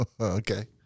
Okay